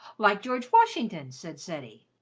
like george washington, said ceddie.